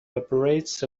operates